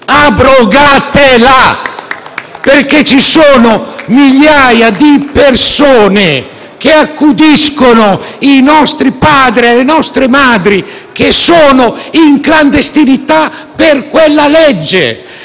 sono infatti migliaia di persone che accudiscono i nostri padri e le nostre madri che sono in clandestinità per quella legge